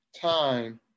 time